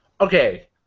Okay